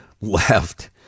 left